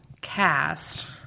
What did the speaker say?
cast